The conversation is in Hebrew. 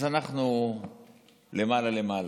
אז אנחנו למעלה למעלה.